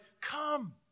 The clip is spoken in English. Come